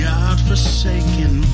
God-forsaken